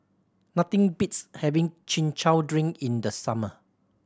nothing beats having Chin Chow drink in the summer